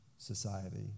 Society